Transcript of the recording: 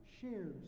shares